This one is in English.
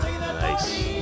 Nice